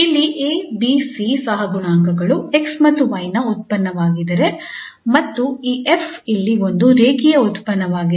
ಇಲ್ಲಿ ಈ 𝐴 𝐵 𝐶 ಸಹಗುಣಾಂಕಗಳು 𝑥 ಮತ್ತು 𝑦 ನ ಉತ್ಪನ್ನವಾಗಿದ್ದರೆ ಮತ್ತು ಈ 𝐹 ಇಲ್ಲಿ ಒಂದು ರೇಖೀಯ ಉತ್ಪನ್ನವಾಗಿದೆ